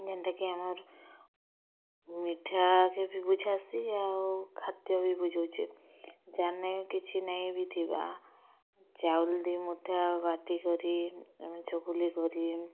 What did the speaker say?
ଯେନ୍ଟାକି ଆମର୍ ମିଠାକେ ବି ବୁଝାସି ଆଉ ଖାଦ୍ୟ ବି ବୁଝଉଛେ ଜାର୍ନେକି କିଛି ନେଇଁ ବି ଥିବା ଚାଉଲ୍ ଦୁଇ ମୁଠା ବାଟି କରି ଆମେ ଚକୁଲି କରି